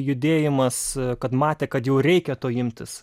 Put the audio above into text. judėjimas kad matė kad jau reikia to imtis